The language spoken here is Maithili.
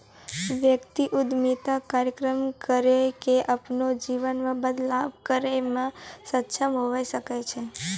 व्यक्ति उद्यमिता कार्यक्रम करी के अपनो जीवन मे बदलाव करै मे सक्षम हवै सकै छै